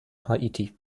haiti